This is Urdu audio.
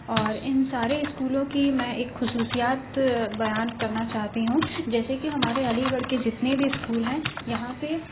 اور ان سارے اسکولوں کی میں ایک خصوصیات بیان کرنا چاہتی ہوں جیسے کہ ہمارے علی گڑھ کے جتنے بھی اسکول ہیں یہاں پہ